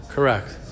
Correct